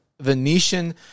Venetian